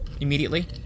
immediately